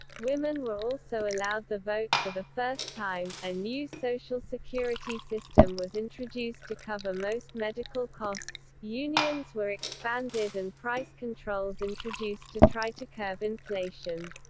women were also allowed the vote for the first time, a new social security system was introduced to cover most medical costs, unions were expanded and price controls introduced to try to curb inflation.